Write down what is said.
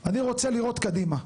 אני רוצה לראות קדימה.